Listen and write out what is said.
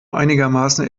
einigermaßen